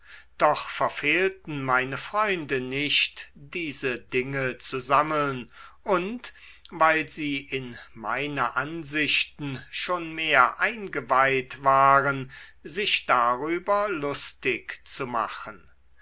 doch verfehlten meine freunde nicht diese dinge zu sammeln und weil sie in meine ansichten schon mehr eingeweiht waren sich darüber lustig zu machen